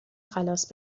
خلاص